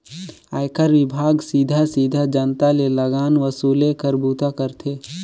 आयकर विभाग सीधा सीधा जनता ले लगान वसूले कर बूता करथे